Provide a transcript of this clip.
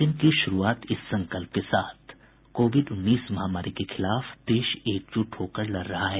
bulletin की शुरूआत इस संकल्प के साथ कोविड उन्नीस महामारी के खिलाफ देश एकजुट होकर लड़ रहा है